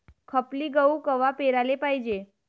खपली गहू कवा पेराले पायजे?